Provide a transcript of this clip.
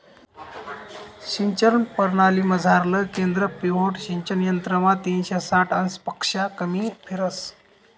सिंचन परणालीमझारलं केंद्र पिव्होट सिंचन यंत्रमा तीनशे साठ अंशपक्शा कमी फिरस